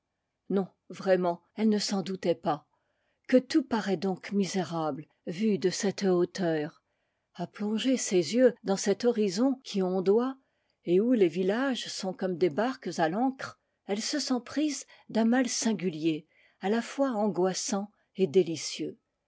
non vraiment elle ne s'en doutait pas que tout paraît donc misérable vu de cette hauteur a plonger ses yeux dans cet horizon qui ondoie et où les villages sont comme des barques à l'ancre elle se îient prise d'un mal singulier à la fois angoissant et délicieux